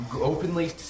openly